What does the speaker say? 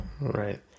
Right